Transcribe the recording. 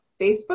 Facebook